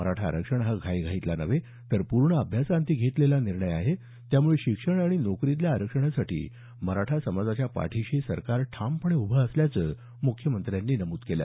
मराठा आरक्षण हा घाईघाईतला नव्हे तर पूर्ण अभ्यासाअंती घेतलेला निर्णय आहे त्यामुळे शिक्षण आणि नोकरीतल्या आरक्षणासाठी मराठा समाजाच्या पाठीशी सरकार ठामपणे उभं असल्याचं मुख्यमंत्र्यांनी नमूद केलं